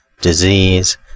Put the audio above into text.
disease